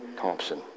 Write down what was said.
Thompson